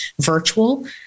virtual